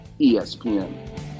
ESPN